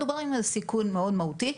מדובר על סיכון מאוד מהותי,